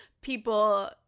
people